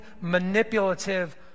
manipulative